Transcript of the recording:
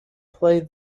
play